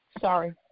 sorry